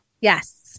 Yes